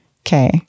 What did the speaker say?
Okay